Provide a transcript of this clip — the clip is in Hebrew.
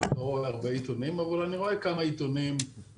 אני לא רואה הרבה אבל רואה כמה כל יום,